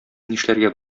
нишләргә